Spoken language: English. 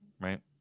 right